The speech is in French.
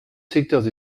secteurs